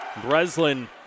Breslin